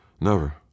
Never